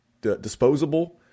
disposable